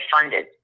funded